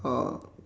uh